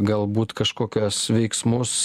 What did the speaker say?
galbūt kažkokias veiksmus